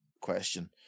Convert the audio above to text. question